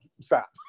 stop